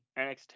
NXT